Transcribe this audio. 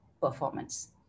performance